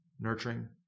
nurturing